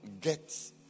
get